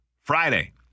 Friday